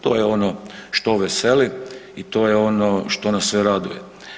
To je ono što veseli i to je ono što nas sve raduje.